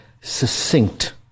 succinct